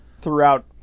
throughout